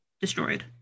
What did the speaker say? destroyed